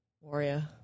Warrior